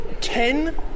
ten